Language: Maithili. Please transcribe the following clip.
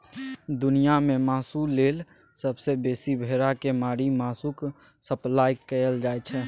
दुनियाँ मे मासु लेल सबसँ बेसी भेड़ा केँ मारि मासुक सप्लाई कएल जाइ छै